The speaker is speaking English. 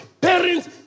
Parents